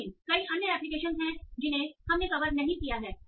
लेकिन कई अन्य एप्लीकेशन हैं जिन्हें हमने कवर नहीं किया है